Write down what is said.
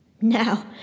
Now